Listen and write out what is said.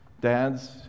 dads